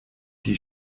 die